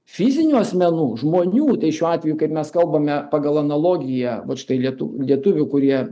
fizinių asmenų žmonių šiuo atveju kaip mes kalbame pagal analogiją vat štai lietu lietuvių kurie